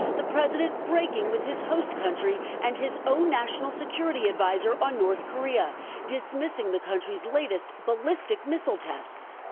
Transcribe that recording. the president breaking with his host country and his own national security advisor on north korea dismissing the country's latest ballistic missile tests.